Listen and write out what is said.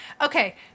Okay